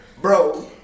Bro